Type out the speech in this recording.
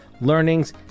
learnings